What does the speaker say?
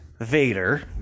Vader